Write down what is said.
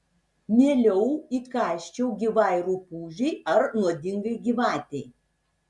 mieliau įkąsčiau gyvai rupūžei ar nuodingai gyvatei